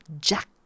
Jack